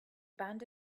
band